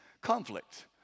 conflict